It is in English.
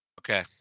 Okay